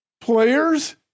players